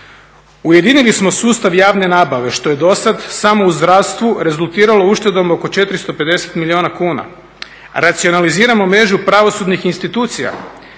Ujedinili smo sustav javne nabave što je do sada samo u zdravstvu rezultiralo uštedom oko 450 milijuna kuna, racionaliziramo mrežu pravosudnih institucija.